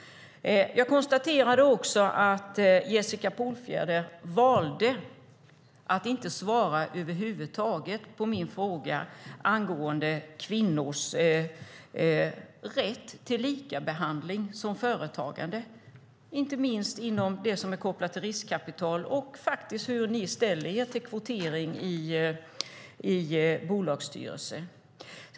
Jag konstaterade också att Jessica Polfjärd valde att inte svara över huvud taget på min fråga angående kvinnors rätt till likabehandling som företagare, inte minst inom det som är kopplat till riskkapital, och hur ni ställer er till kvotering i bolagsstyrelser.